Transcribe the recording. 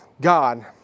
God